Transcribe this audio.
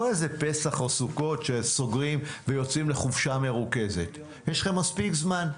יש לכם מספיק זמן.